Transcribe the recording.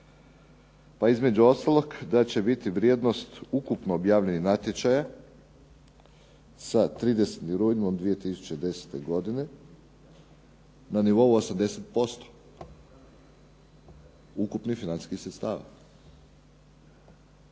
Pa između ostalog da će biti vrijednost ukupno objavljenih natječaja sa 30. rujnom 2010. godine na nivou 80% ukupnih financijskih sredstava.